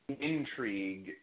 intrigue